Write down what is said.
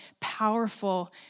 powerful